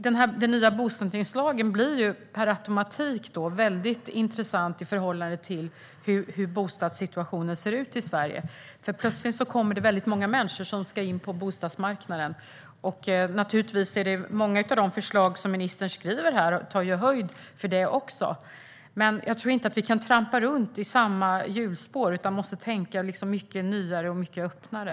Den nya bosättningslagen blir per automatik väldigt intressant i förhållande till hur bostadssituationen ser ut i Sverige. Plötsligt kommer det väldigt många människor som ska in på bostadsmarknaden. Många av de förslag som ministern nämner här tar höjd för detta, men jag tror inte att vi kan trampa runt i samma hjulspår, utan vi måste tänka mycket nyare och öppnare.